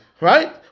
Right